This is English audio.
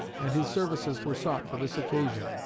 and his services were sought for this occasion.